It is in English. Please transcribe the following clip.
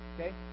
Okay